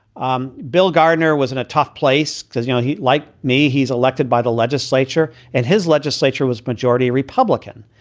um bill gardner was in a tough place because, you know, he like me, he's elected by the legislature. and his legislature was majority republican.